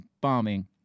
bombing